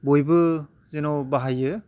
बयबो जेन' बाहायो